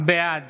בעד